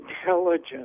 intelligence